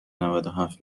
نودوهفت